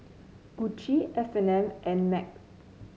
Gucci F And N and MAG